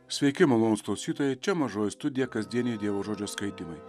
sveiki malonūs klausytojai čia mažoji studija kasdieniai dievo žodžio skaitymai